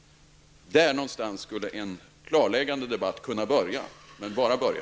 Där någonstans skulle en klarläggande debatt kunna börja -- men bara börja.